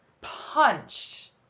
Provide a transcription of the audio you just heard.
punched